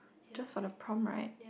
just for the prompt right